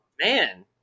man